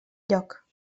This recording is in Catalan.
lloc